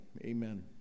Amen